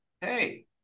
hey